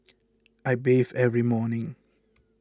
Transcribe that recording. I bathe every morning